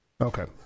Okay